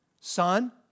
Son